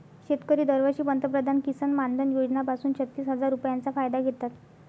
शेतकरी दरवर्षी पंतप्रधान किसन मानधन योजना पासून छत्तीस हजार रुपयांचा फायदा घेतात